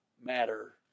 matter